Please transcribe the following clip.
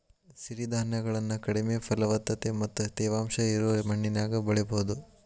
ಸಿರಿಧಾನ್ಯಗಳನ್ನ ಕಡಿಮೆ ಫಲವತ್ತತೆ ಮತ್ತ ತೇವಾಂಶ ಇರೋ ಮಣ್ಣಿನ್ಯಾಗು ಬೆಳಿಬೊದು